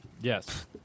Yes